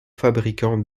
fabricants